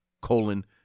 colon